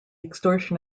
extortion